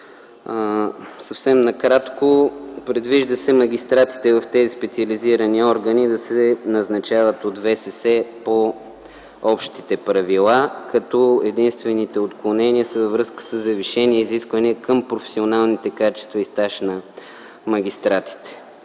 от следователи. Предвижда се магистратите в тези специализирани органи да се назначават от ВСС по общите правила, като единствените отклонения са във връзка със завишените изисквания към професионалните качества и стаж на магистратите.